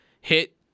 hit